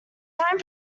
time